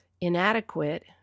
inadequate